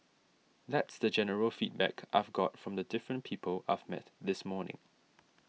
that's the general feedback I've got from the different people I've met this morning